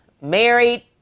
married